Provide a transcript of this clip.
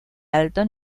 alto